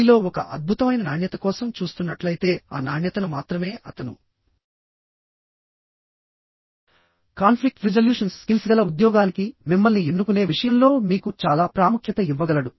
మీలో ఒక అద్భుతమైన నాణ్యత కోసం చూస్తున్నట్లయితే ఆ నాణ్యతను మాత్రమే అతను కాన్ఫ్లిక్ట్ రిజల్యూషన్స్ స్కిల్స్ గల ఉద్యోగానికి మిమ్మల్ని ఎన్నుకునే విషయంలో మీకు చాలా ప్రాముఖ్యత ఇవ్వగలడు